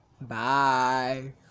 Bye